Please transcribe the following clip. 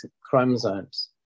chromosomes